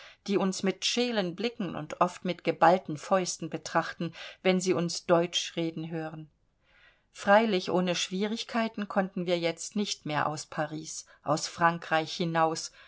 die uns mit scheelen blicken und oft mit geballten fäusten betrachten wenn sie uns deutsch reden hören freilich ohne schwierigkeiten konnten wir jetzt nicht mehr aus paris aus frankreich hinaus